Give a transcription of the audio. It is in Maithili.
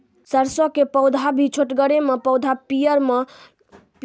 सरसों के पौधा भी छोटगरे मे पौधा पीयर भो कऽ सूख जाय छै, की उपाय छियै?